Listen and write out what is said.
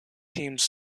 teams